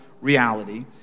reality